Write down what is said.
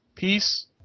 Peace